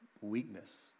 weakness